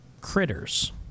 critters